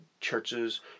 churches